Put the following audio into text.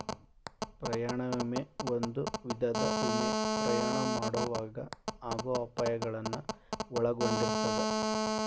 ಪ್ರಯಾಣ ವಿಮೆ ಒಂದ ವಿಧದ ವಿಮೆ ಪ್ರಯಾಣ ಮಾಡೊವಾಗ ಆಗೋ ಅಪಾಯಗಳನ್ನ ಒಳಗೊಂಡಿರ್ತದ